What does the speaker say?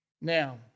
Now